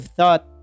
thought